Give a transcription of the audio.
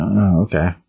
okay